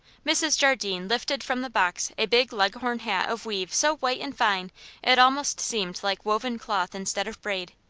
mrs. jardine lifted from the box a big leghorn hat of weave so white and fine it almost seemed like woven cloth instead of braid.